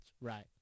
right